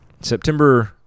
September